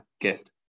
gift